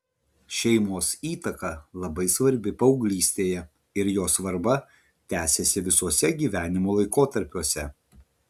šeimos įtaka labai svarbi paauglystėje ir jos svarba tęsiasi visuose gyvenimo laikotarpiuose